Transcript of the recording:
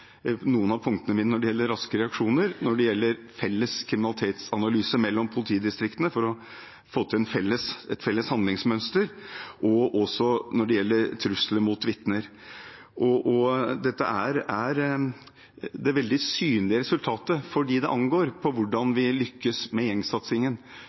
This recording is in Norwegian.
noen av punktene når det gjelder raske reaksjoner, når det gjelder felles kriminalitetsanalyse mellom politidistriktene for å få til et felles handlingsmønster, og når det gjelder trusler mot vitner. Dette er det veldig synlige resultatet, fordi det angår hvordan